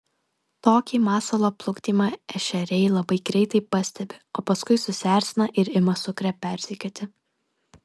tokį masalo plukdymą ešeriai labai greitai pastebi o paskui susierzina ir ima sukrę persekioti